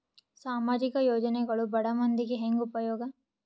ಸಾಮಾಜಿಕ ಯೋಜನೆಗಳು ಬಡ ಮಂದಿಗೆ ಹೆಂಗ್ ಉಪಯೋಗ?